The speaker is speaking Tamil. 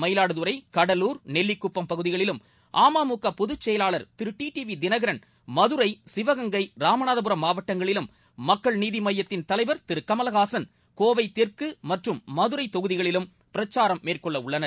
மயிலாடுதுறை கடலூர் நெல்லிக்குப்பம் பகுதிகளிலும் அமமுக பொதுச்செயலாளர் Thiru T T V Dhinakaran Madurai Sivaganga Ramanathapuram மாவட்டங்களிலும் மக்கள் நீதிமய்யத்தின் தலைவர் திரு கமலஹாசன் கோவை தெற்கு மற்றும் மதுரை தொகுதிகளிலும் பிரச்சாரம் மேற்கொள்ள உள்ளனர்